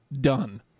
done